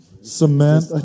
Cement